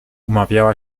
umawiała